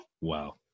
Wow